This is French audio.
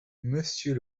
monsieur